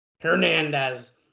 Hernandez